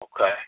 okay